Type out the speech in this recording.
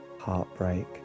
heartbreak